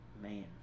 Man